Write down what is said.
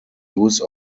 use